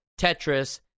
Tetris